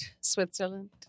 Switzerland